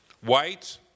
White